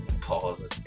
pause